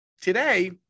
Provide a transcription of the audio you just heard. today